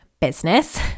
business